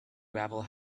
gravel